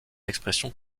expression